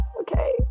Okay